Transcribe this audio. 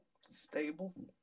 Stable